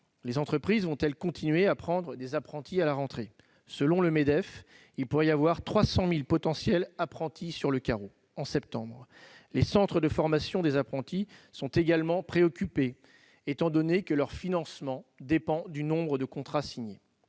Les entreprises vont-elles continuer à accueillir des apprentis à la rentrée ? Selon le Medef, il pourrait y avoir « 300 000 potentiels apprentis sur le carreau » en septembre. Les centres de formation des apprentis sont également préoccupés dans la mesure où leur financement dépend du nombre de contrats signés.